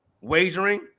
wagering